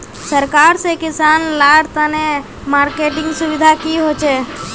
सरकार से किसान लार तने मार्केटिंग सुविधा की होचे?